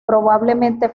probablemente